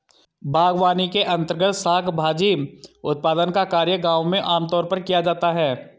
बागवानी के अंर्तगत शाक भाजी उत्पादन का कार्य गांव में आमतौर पर किया जाता है